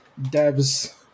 devs